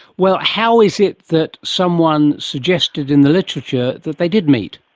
well, how is it that someone suggested in the literature that they did meet?